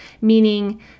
meaning